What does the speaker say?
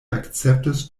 akceptos